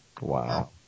Wow